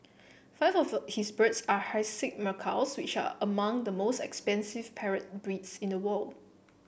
five of his birds are hyacinth macaws which are among the most expensive parrot breeds in the world